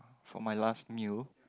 for my last meal